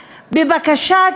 בבקשה,